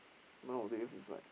nowadays is like